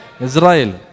Israel